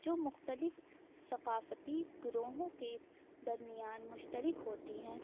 جو مختلف ثقافتی گروہوں کے درمیان مشترک ہوتی ہیں